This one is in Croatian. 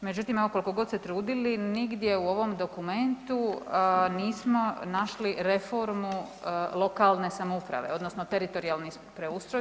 Međutim, evo koliko god se trudili nigdje u ovom dokumentu nismo našli reformu lokalne samouprave odnosno teritorijalni preustroj.